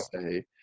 say